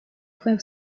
fue